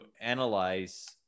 analyze